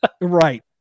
Right